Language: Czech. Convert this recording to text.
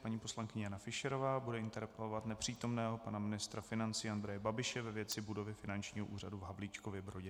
Paní poslankyně Jana Fischerová bude interpelovat nepřítomného pana ministra financí Andreje Babiše ve věci budovy Finančního úřadu v Havlíčkově Brodě.